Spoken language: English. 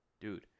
Dude